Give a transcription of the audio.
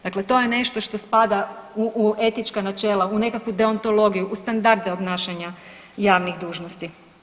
Dakle to je nešto što spada u etička načela, u nekakvu deontologiju, u standarde obnašanja javnih dužnosti.